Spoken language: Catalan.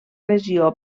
regió